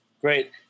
Great